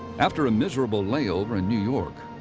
after a miserable layover in new york,